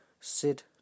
Sid